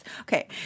Okay